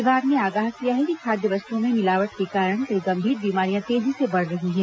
विभाग ने आगाह किया है कि खाद्य वस्तुओं में मिलावट के कारण कई गंभीर बीमारियां तेजी से बढ़ रही हैं